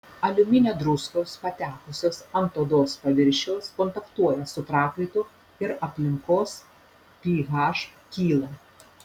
aliuminio druskos patekusios ant odos paviršiaus kontaktuoja su prakaitu ir aplinkos ph kyla